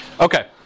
okay